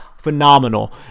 Phenomenal